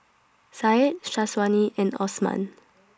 Said Syazwani and Osman